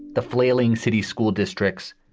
the flailing city school districts,